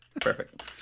Perfect